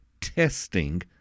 testing